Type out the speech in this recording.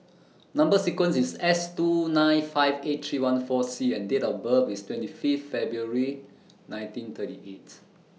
Number sequence IS S two nine five eight three one four C and Date of birth IS twenty Fifth February nineteen thirty eight